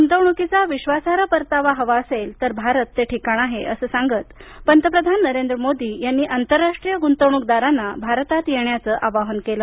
गुंतवणूकीचा विश्वासार्ह परतावा हवा असेल तर भारत ते ठिकाण आहे असं सांगत पंतप्रधान नरेंद्र मोदी यांनी आंतरराष्ट्रीय गुंतवणूकदारांना भारतात येण्याचं आवाहन केलं